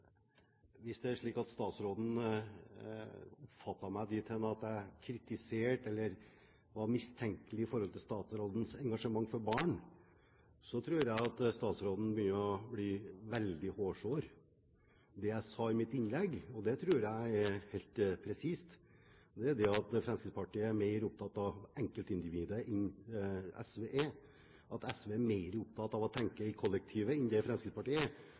Hvis det er slik at statsråden oppfattet meg dit hen at jeg kritiserte eller mistrodde statsrådens engasjement for barn, tror jeg statsråden begynner å bli veldig hårsår. Det jeg sa i mitt innlegg, og det tror jeg er helt presist, er at Fremskrittspartiet er mer opptatt av enkeltindividet enn SV er, at SV er mer opptatt av å tenke i kollektiv enn det Fremskrittspartiet er,